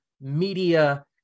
media